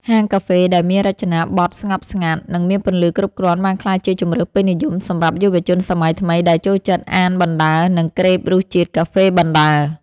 ហាងកាហ្វេដែលមានរចនាបថស្ងប់ស្ងាត់ និងមានពន្លឺគ្រប់គ្រាន់បានក្លាយជាជម្រើសពេញនិយមសម្រាប់យុវជនសម័យថ្មីដែលចូលចិត្តអានបណ្ដើរ និងក្រេបរសជាតិកាហ្វេបណ្ដើរ។